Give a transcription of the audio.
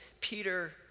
Peter